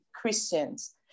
Christians